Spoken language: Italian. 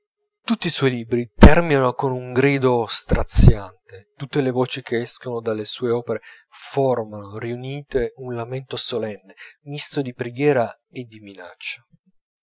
tutti i suoi libri terminano con un grido straziante tutte le voci che escono dalle sue opere formano riunite un lamento solenne misto di preghiera e di minaccia